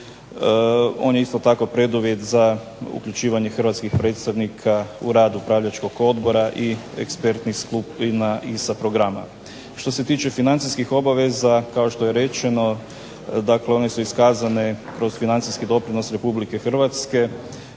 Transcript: On je isto tako preduvjet za uključivanje hrvatskih predstavnika u radu upravljačkog odbora i ekspertnih skupina ISA programa. Što se tiče financijskih obaveza, kao što je rečeno dakle one su iskazane kroz financijski doprinos Republike Hrvatske,